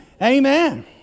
Amen